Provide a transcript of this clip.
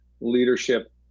leadership